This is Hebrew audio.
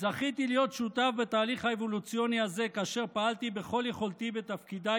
זכיתי להיות שותף בתהליך האבולוציוני הזה כאשר פעלתי בכל יכולתי בתפקידיי